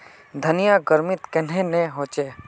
धनिया गर्मित कन्हे ने होचे?